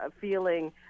feeling